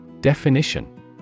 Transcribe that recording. Definition